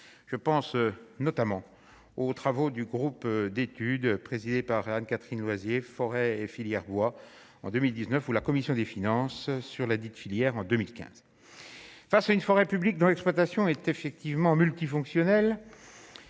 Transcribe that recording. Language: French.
je pense notamment aux travaux du Groupe d'étude présidée par Anne-Catherine Loisier, forêts et filière bois en 2019 ou la commission des finances sur la dite filière en 2015, face à une forêt publique dans l'exploitation est effectivement multifonctionnel,